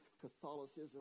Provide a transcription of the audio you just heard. Catholicism